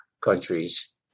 countries